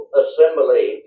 assembly